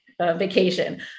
vacation